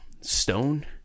Stone